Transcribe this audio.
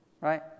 right